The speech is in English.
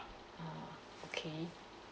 ah okay